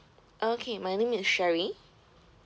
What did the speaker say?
okay my name is sherry